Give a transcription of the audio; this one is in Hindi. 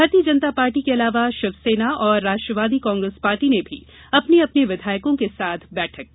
भारतीय जनता पार्टी के अलावा शिवसेना और राष्ट्रवादी कांग्रेस पार्टी ने भी अपने अपने विधायकों के साथ बैठक की